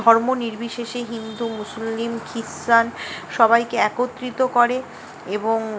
ধর্ম নির্বিশেষে হিন্দু মুসলিম ক্রিশ্চান সবাইকে একত্রিত করে এবং